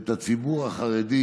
את הציבור החרדי